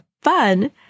fun